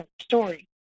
story